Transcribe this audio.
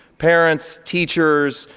parents, teachers,